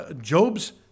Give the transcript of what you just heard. Job's